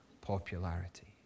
popularity